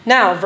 Now